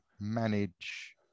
manage